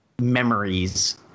memories